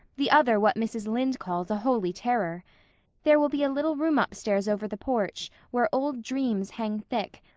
the other what mrs. lynde calls a holy terror there will be a little room upstairs over the porch, where old dreams hang thick,